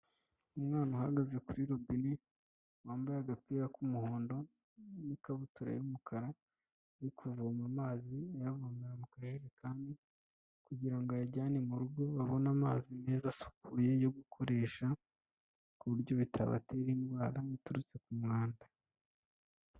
Umwana uhagaze kuri robine, wambaye agapira k'umuhondo n'ikabutura y'umukara, uri kuvoma amazi ayavomera mu kajerekani kugira ngo ayajyane mu rugo babone amazi meza asukuye yo gukoresha, ku buryo bitabatera indwara iturutse ku mu mwanda.